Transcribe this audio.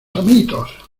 amitos